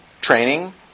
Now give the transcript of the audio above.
training